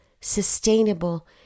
sustainable